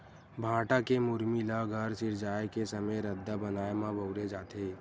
भाठा के मुरमी ल घर सिरजाए के समे रद्दा बनाए म बउरे जाथे